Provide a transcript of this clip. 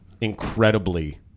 incredibly